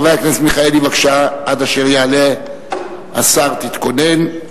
חבר הכנסת מיכאלי, עד אשר יעלה השר, תתכונן.